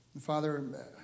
Father